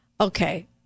Okay